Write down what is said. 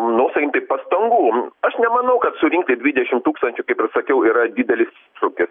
nu sakykim taip pastangų aš nemanau kad surinkti dvidešimt tūkstančių kaip ir sakiau yra didelis iššūkis